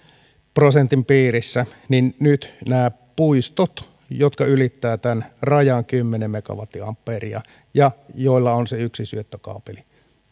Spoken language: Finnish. prosentin piirissä niin nyt nämä puistot jotka ylittävät tämän rajan kymmenen megavolttiampeeria ja joilla on se yksi syöttökaapeli